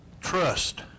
Trust